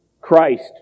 Christ